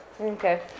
Okay